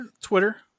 Twitter